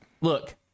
Look